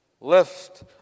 Lift